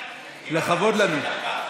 לכבוד הוא לנו.